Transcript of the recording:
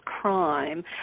crime